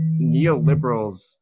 neoliberals